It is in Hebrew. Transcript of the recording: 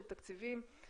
של תקציבים,